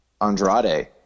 Andrade